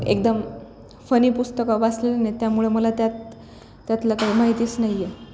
एकदम फनी पुस्तकं वाचलेलं नाही त्यामुळे मला त्यात त्यातलं काही माहितीच नाही आहे